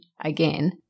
again